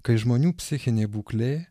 kai žmonių psichinė būklė